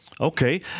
okay